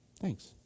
Thanks